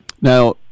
Now